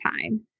time